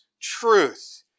truth